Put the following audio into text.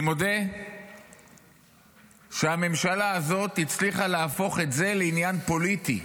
אני מודה שהממשלה הזאת הצליחה להפוך את זה לעניין פוליטי,